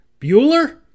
Bueller